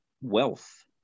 wealth